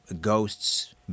ghosts